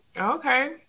Okay